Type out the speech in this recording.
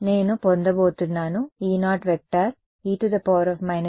కాబట్టి నేను పొందబోతున్నాను E0e jki